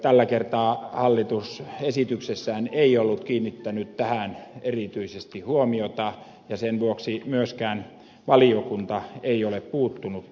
tällä kertaa hallitus esityksessään ei ollut kiinnittänyt tähän erityisesti huomiota ja sen vuoksi myöskään valiokunta ei ole puuttunut tähän